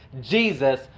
Jesus